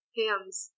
hams